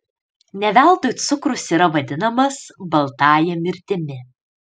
ne veltui cukrus yra vadinamas baltąja mirtimi